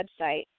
website